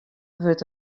wurdt